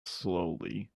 slowly